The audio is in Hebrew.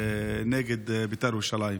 ועדת המשמעת נגד בית"ר ירושלים?